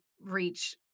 reach